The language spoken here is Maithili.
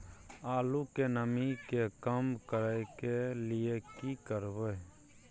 आलू के नमी के कम करय के लिये की करबै?